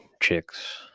chicks